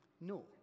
No